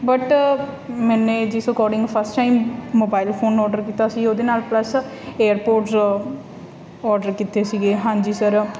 but ਮੈਨੇ ਜਿਸ according first time mobile phone order ਕੀਤਾ ਸੀ ਉਹਦੇ ਨਾਲ ਪਲੱਸ ਏਅਰਪੋਰਡਸ ਆਰਡਰ ਕੀਤੇ ਸੀਗੇ ਹਾਂਜੀ ਸਰ